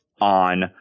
on